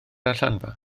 allanfa